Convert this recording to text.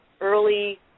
early